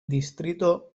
distrito